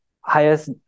highest